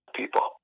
people